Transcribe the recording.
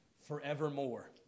forevermore